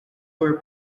where